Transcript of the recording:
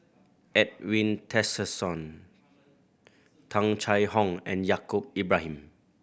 Edwin Tessensohn Tung Chye Hong and Yaacob Ibrahim